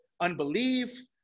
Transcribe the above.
unbelief